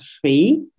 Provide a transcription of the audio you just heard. free